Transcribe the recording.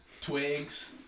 twigs